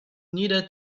neither